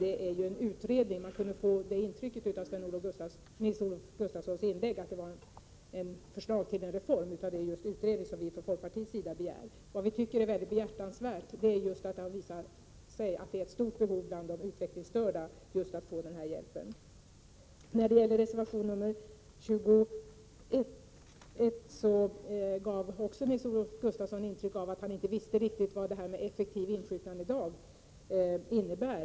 Av Nils-Olof Gustafssons inlägg kunde man få intrycket att det handlade om ett förslag till en reform. Det är en utredning vi från folkpartiets sida begär. Det har visat sig vara ett stort behov bland de utvecklingsstörda att få just den här hjälpen. När det gäller reservation nr 21 gav Nils-Olof Gustafsson också intryck av att han inte riktigt visste vad effektiv insjuknandedag innebär.